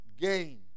gain